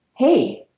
hey.